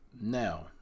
now